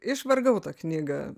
išvargau tą knygą